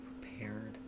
prepared